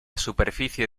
superficie